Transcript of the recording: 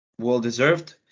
well-deserved